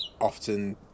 often